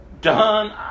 done